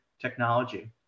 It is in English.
technology